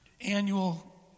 annual